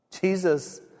Jesus